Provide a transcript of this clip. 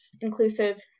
inclusive